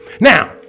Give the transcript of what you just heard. Now